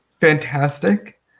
fantastic